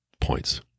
points